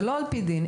זה לא על פי דין,